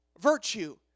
Virtue